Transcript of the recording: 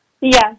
Yes